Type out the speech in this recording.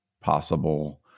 possible